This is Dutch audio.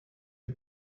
het